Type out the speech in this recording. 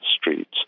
streets